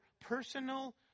personal